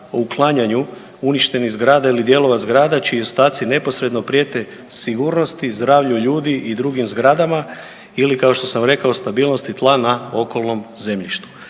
uklanjanju uništenih zgrada ili dijelova zgrada čiji ostaci neposredno prijete sigurnosti, zdravlju ljudi i drugim zgradama ili kao što sam rekao stabilnosti tla na okolnom zemljištu.